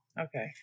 Okay